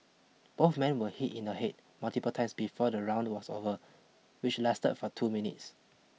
both men were hit in the head multiple times before the round was over which lasted for two minutes